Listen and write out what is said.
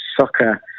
soccer